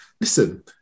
Listen